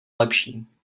lepší